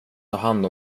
hand